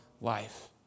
life